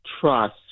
trust